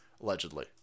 allegedly